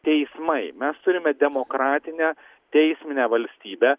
teismai mes turime demokratinę teisminę valstybę